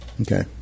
Okay